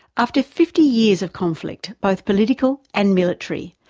after fifty years of conflict, both political and military,